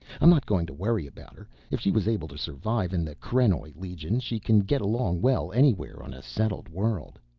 i'm not going to worry about her, if she was able to survive in the krenoj legion she can get along well anywhere on a settled world.